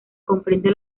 comprende